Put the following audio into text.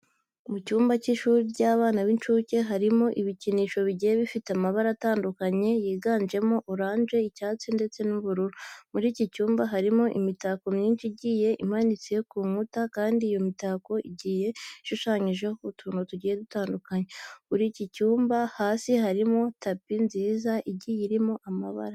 Mu cyumba cy'ishuri ry'abana b'inshuke harimo ibikinisho bigiye bifite amabara atandukanye yiganjemo oranje, icyatsi ndetse n'ubururu. Muri iki cyumba harimo imitako myinshi igiye imanitse ku nkuta kandi iyo mitako igiye ishushanyijeho utuntu tugiye dutandukanye. Muri iki cyumba hasi harimo tapi nziza igiye irimo amabara.